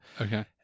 okay